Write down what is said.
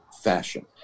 fashion